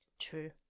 True